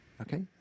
okay